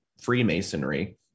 Freemasonry